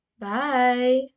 bye